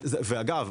אגב,